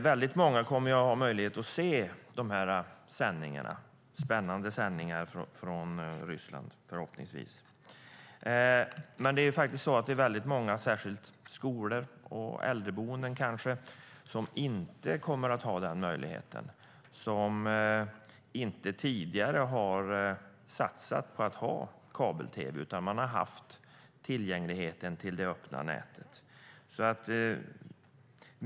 Väldigt många kommer att ha möjlighet att se de förhoppningsvis spännande sändningarna från Ryssland. Men det är faktiskt väldigt många, särskilt skolor och äldreboenden, som inte kommer att ha den möjligheten. De har inte tidigare satsat på att ha kabel-tv då de har haft tillgängligheten till det öppna nätet.